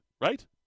right